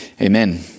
amen